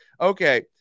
okay